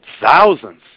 thousands